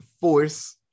force